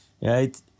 Right